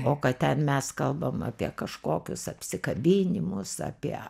o kad ten mes kalbam apie kažkokius apsikabinimus apie